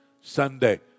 Sunday